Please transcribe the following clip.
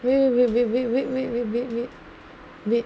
wait wait wait wait wait wait wait wait wait